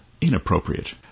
inappropriate